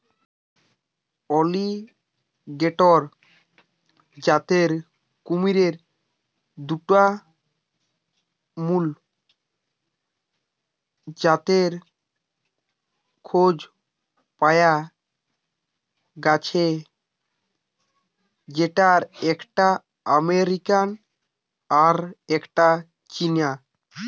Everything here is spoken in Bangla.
অ্যালিগেটর জাতের কুমিরের দুটা মুল জাতের খোঁজ পায়া গ্যাছে যেটার একটা আমেরিকান আর একটা চীনা